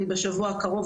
אני בשבוע הקרוב,